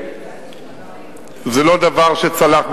זה לא דבר שצלח,